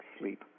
sleep